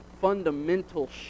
fundamental